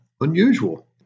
unusual